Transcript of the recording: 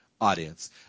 audience